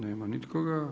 Nema nikoga.